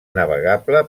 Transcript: navegable